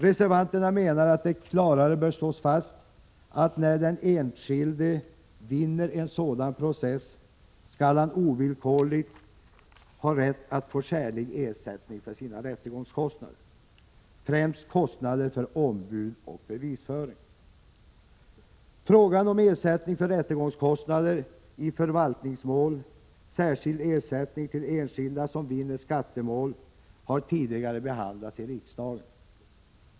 Reservanterna menar att det klarare bör slås fast, att när den enskilde vinner en sådan process skall han ha ovillkorlig rätt att få skälig ersättning för sina rättegångskostnader, främst kostnader för ombud och bevisföring. ersättning till enskilda som vinner skattemål, har tidigare behandlats i riksdagen.